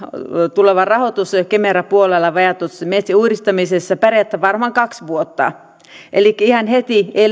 tulevalla rahoituksella kemera puolella vajaatuottoisten metsien uudistamisessa pärjätään varmaan kaksi vuotta elikkä ihan heti ei